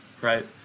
Right